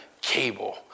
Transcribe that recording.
cable